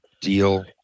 deal